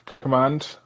command